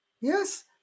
Yes